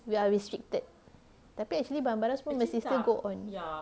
we are restricted tapi actually barang-barang semua masih still go on